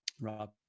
Rob